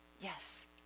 Yes